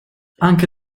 anche